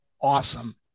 awesome